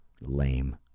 Lame